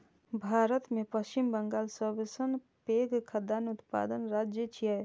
भारत मे पश्चिम बंगाल सबसं पैघ खाद्यान्न उत्पादक राज्य छियै